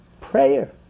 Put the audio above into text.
Prayer